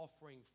offering